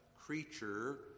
creature